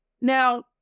Now